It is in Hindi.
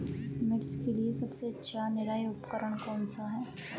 मिर्च के लिए सबसे अच्छा निराई उपकरण कौनसा है?